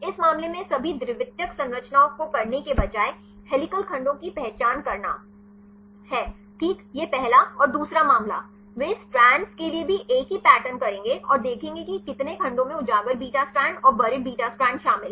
इस मामले में सभी द्वितीयक संरचनाओं को करने के बजाय हेलिकल खंडों की पहचान करना हैठीक यह पहला और दूसरा मामला वे स्ट्रैंड्स के लिए भी एक ही पैटर्न करेंगे और देखेंगे कि कितने खंडों में उजागर बीटा स्ट्रैड और बुरीद बीटा स्ट्रैड शामिल हैं